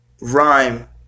rhyme